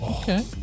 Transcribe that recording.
Okay